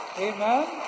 amen